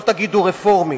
לא תגידו רפורמי,